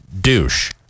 douche